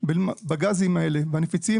בגזים האלה הנפיצים,